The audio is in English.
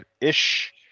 ish